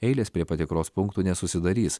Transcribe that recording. eilės prie patikros punktų nesusidarys